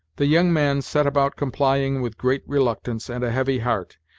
the young man set about complying with great reluctance and a heavy heart.